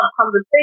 conversation